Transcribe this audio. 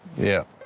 yep.